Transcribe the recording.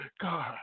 God